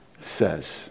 says